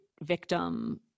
victim